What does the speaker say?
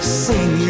sing